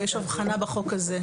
ויש הבחנה בחוק הזה.